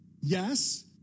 Yes